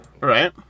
Right